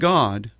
God